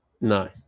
no